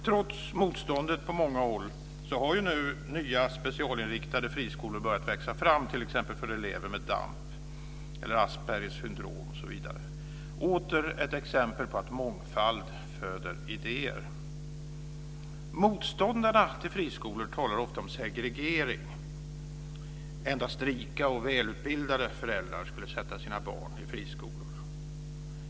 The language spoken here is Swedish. Trots motståndet på många håll har nu nya specialinriktade friskolor börjat växa fram, t.ex. för elever med DAMP eller Aspergers syndrom osv. - åter ett exempel på att mångfald föder idéer. Motståndarna till friskolor talar ofta om segregering - endast rika och välutbildade föräldrar skulle sätta sina barn i friskolor.